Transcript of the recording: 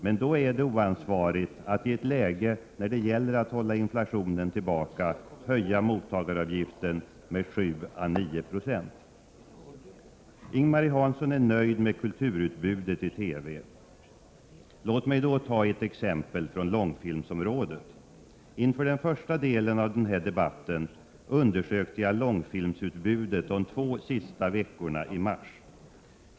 Men då är det oansvarigt att, i ett läge när det gäller att hålla inflationen tillbaka, höja mottagaravgiften med 7 å 9 I. Ing-Marie Hansson är nöjd med kulturutbudet i TV. Låt mig då ta ett exempel från långfilmsområdet. Inför den första delen av denna debatt undersökte jag långfilmsutbudet de två sista veckorna i mars.